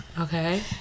Okay